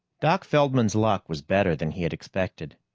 doc feldman's luck was better than he had expected.